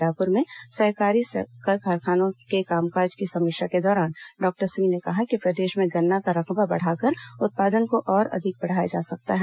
रायपुर में सहकारी शक्कर कारखानों के काम काज की समीक्षा के दौरान डॉक्टर सिंह ने कहा कि प्रदेश में गन्ना का रकबा बढ़ाकर उत्पादन को और भी अधिक बढ़ाया जा सकता है